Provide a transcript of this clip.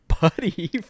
buddy